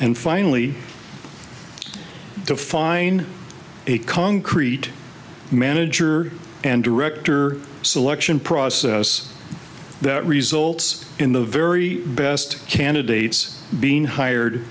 and finally to find a concrete manager and director selection process that results in the very best candidates being hired